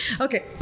Okay